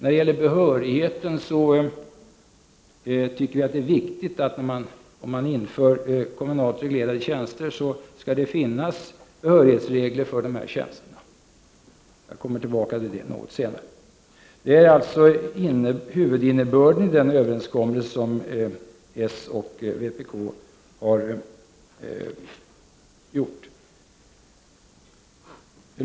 I fråga om behörigheten tycker vi att det är viktigt, om man inför kommunalt reglerade tjänster, att det skall finnas behörighetsregler för dessa tjänster. Jag kommer tillbaka till det något senare. Detta är alltså den huvudsakliga innebörden i den överenskommelse som s och vpk har gjort.